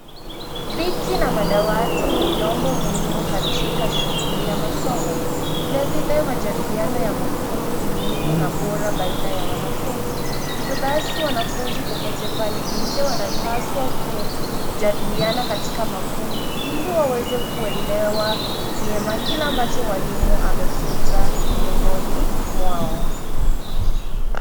Viti na madawati ni vyombo muhimu katika shughuli ya masomo. Vilevile majadiliano ya makundi ni muhimu na bora baina ya wanafunzi. Hivyo basi wanafunzi kokote pale nje wanapaswa kujadiliana katika makundi ili waweze kuelewa kile ambacho mwalimu amefunza miongoni mwao.